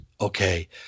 Okay